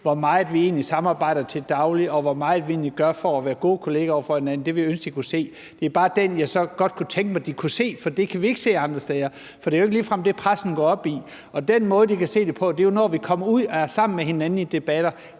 hvor meget vi egentlig samarbejder til daglig, og hvor meget vi egentlig gør for at være gode kollegaer over for hinanden. Det ville jeg ønske de kunne se. Det er bare det, jeg så godt kunne tænke mig at de kunne se, for det kan man ikke se andre steder, for det er jo ikke ligefrem det, pressen går op i. Og den måde, de kan se det på, erjo, når vi kommer ud sammen med hinanden i debatter. Det